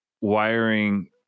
wiring